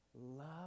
love